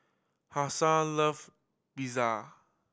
Hasel love Pizza